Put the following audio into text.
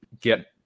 get